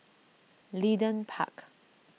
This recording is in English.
Leedon Park